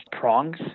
prongs